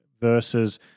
versus